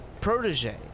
protege